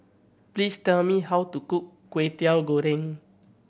please tell me how to cook Kwetiau Goreng